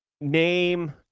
name